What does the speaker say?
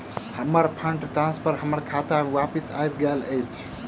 हमर fund transfer हमर खाता मे बापस आबि गइल अछि